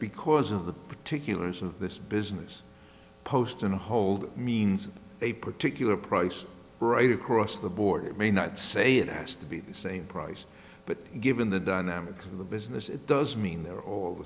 because of the particulars of this business post in the hold means a particular price right across the board may not say it has to be the same price but given the dynamics of the business it does